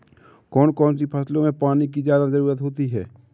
कौन कौन सी फसलों में पानी की ज्यादा ज़रुरत होती है?